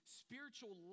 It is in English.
spiritual